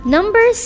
Number